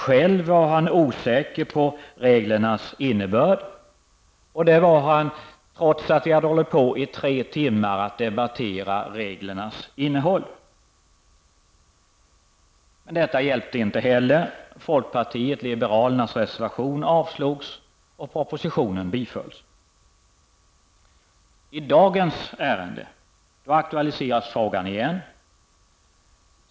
Själv var han osäker beträffande reglernas innebörd. Det var han, trots att vi under tre timmar hade debatterat reglernas innehåll. Men inte heller det hjälpte alltså. Folkpartiet liberalernas reservation avslogs, och propositionen bifölls. I det ärende som behandlas i dag aktualiseras den här frågan igen.